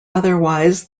otherwise